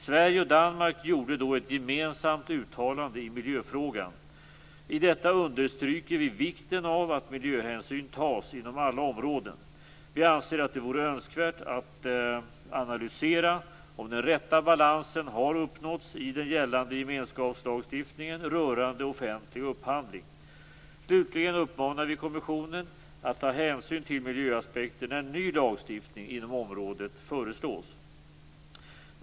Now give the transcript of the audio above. Sverige och Danmark gjorde då ett gemensamt uttalande i miljöfrågan. I detta understryker vi vikten av att miljöhänsyn tas inom alla områden. Vi anser att det vore önskvärt att analysera om den rätta balansen har uppnåtts i den gällande gemenskapslagstiftningen rörande offentlig upphandling. Slutligen uppmanar vi kommissionen att ta hänsyn till miljöaspekter när ny lagstiftning inom området föreslås.